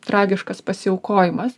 tragiškas pasiaukojimas